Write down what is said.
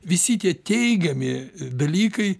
visi tie teigiami dalykai